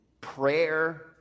prayer